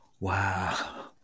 Wow